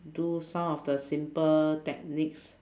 do some of the simple techniques